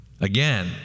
Again